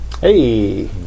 Hey